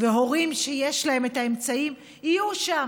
והורים שיש להם את האמצעים יהיו שם